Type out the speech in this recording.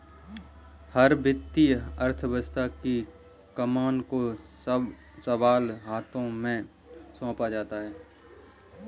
हर वित्तीय अर्थशास्त्र की कमान को सबल हाथों में सौंपा जाता है